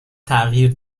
تغییر